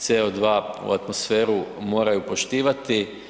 CO2 u atmosferu moraju poštivati.